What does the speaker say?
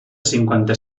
cinquanta